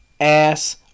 ass